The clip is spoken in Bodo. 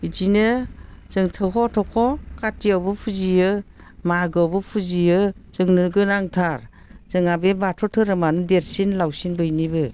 बिदिनो जों थख' थख' काथियावबो फुजियो मागोआवबो फुजियो जोंनो गोनांथार जोंहा बे बाथौ धोरोमानो देरसिन लावसिन बयनिबो